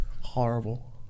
Horrible